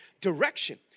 direction